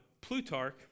Plutarch